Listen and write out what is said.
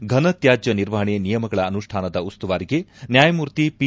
ಘನತ್ಯಾಜ್ಯ ನಿರ್ವಹಣೆ ನಿಯಮಗಳ ಅನುಷ್ಠಾನದ ಉಸ್ತುವಾರಿಗೆ ನ್ಯಾಯಮೂರ್ತಿ ಪಿ